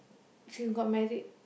she got married